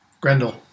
Grendel